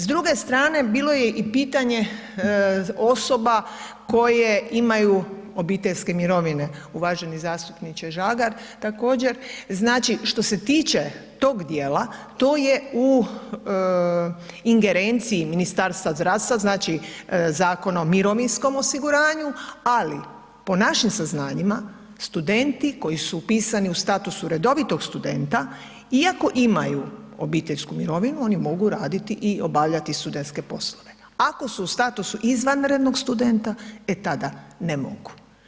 S druge strane bilo je i pitanje osoba koje imaju obiteljske mirovine, uvaženi zastupniče Žagar također, znači što se tiče tog dijela, to je u ingerenciji Ministarstva zdravstva, znači Zakon o mirovinskom osiguranju, ali po našim saznanjima studenti koji su upisani u statusu redovitog studenta iako imaju obiteljsku mirovinu oni mogu raditi i obavljati studentske poslove, ako su u statusu izvanrednog studenta e tada ne mogu.